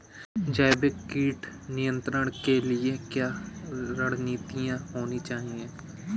जैविक कीट नियंत्रण के लिए क्या रणनीतियां होनी चाहिए?